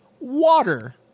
water